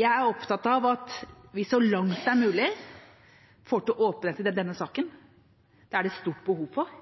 Jeg er opptatt av at vi, så langt det er mulig, får til åpenhet i denne saken. Det er det et stort behov for.